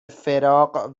فراق